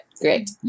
Great